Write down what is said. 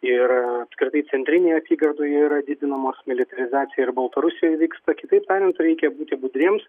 ir apskritai centrinėje apygardoje yra didinamos militarizacija ir baltarusijoj vyksta kitaip tariant reikia būti budriems